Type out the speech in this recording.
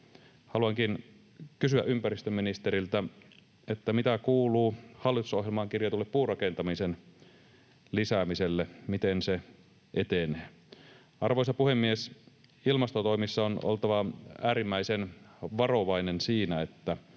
Haluankin kysyä ympäristöministeriltä: Mitä kuuluu hallitusohjelmaan kirjatulle puurakentamisen lisäämiselle? Miten se etenee? Arvoisa puhemies! Ilmastotoimissa on oltava äärimmäisen varovainen siinä, että